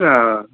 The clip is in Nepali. अँ